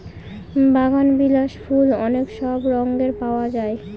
বাগানবিলাস ফুল অনেক সব রঙে পাওয়া যায়